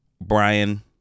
Brian